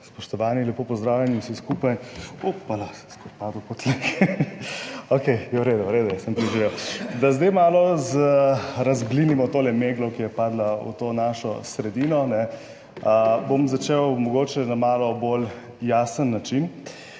Spoštovani lepo pozdravljeni vsi skupaj. Upala padel. Okej, ja, v redu. V redu, jaz sem preživel, da zdaj malo razblinimo to meglo, ki je padla v to našo sredino, bom začel mogoče na malo bolj jasen način.